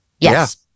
yes